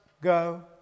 go